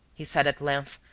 he said, at length,